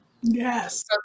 Yes